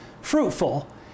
fruitful